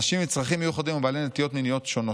אנשים עם צרכים מיוחדים ובעלי נטיות מיניות שונות.